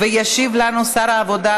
ישיב לנו שר העבודה,